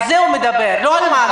על זה הוא מדבר, לא על המענק.